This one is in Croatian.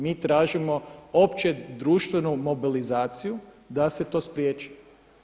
Mi tražimo opće društvenu mobilizaciju da se to spriječi.